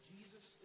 Jesus